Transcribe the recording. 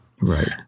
Right